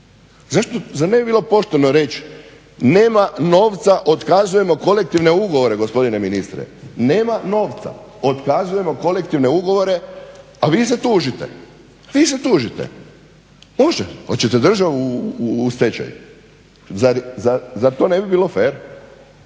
Zar ne bi bilo pošteno reć, nema novca, otkazujemo kolektivne ugovore gospodine ministre? Nema novca, otkazujemo kolektivne ugovore, a vi se tužite, vi se tužite. Može, hoćete državu u stečaj, zar to ne bi bilo fer?